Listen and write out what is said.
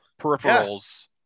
peripherals